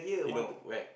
you know where